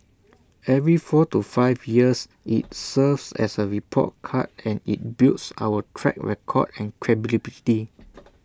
every four to five years IT serves as A report card and IT builds our track record and credibility